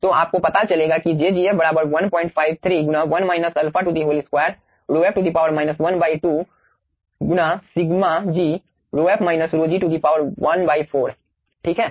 तो आपको पता चलेगा कि jgf 153 1 α2 ρf 12 σ gρf ρg ¼ ठीक है